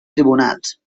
tribunals